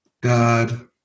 God